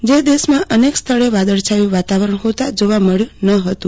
જે દેશમાં અનેક સ્થળે વાદળછાયું વાતાવરણ હોતાં જોવા મળ્યું ન હતું